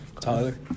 Tyler